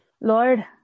Lord